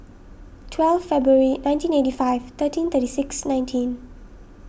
twelve February nineteen eighty five thirteen thirty six nineteen